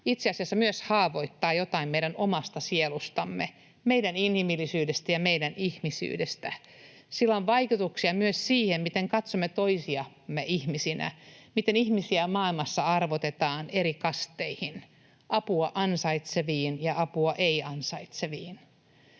itse asiassa haavoittaa myös jotain meidän omasta sielustamme, meidän inhimillisyydestämme ja meidän ihmisyydestämme. Sillä on vaikutuksia myös siihen, miten katsomme toisiamme ihmisinä, miten ihmisiä maailmassa arvotetaan eri kasteihin, apua ansaitseviin ja apua ei ansaitseviin.